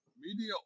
Media